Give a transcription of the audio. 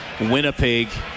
Winnipeg